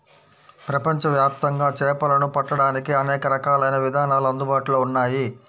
ప్రపంచవ్యాప్తంగా చేపలను పట్టడానికి అనేక రకాలైన విధానాలు అందుబాటులో ఉన్నాయి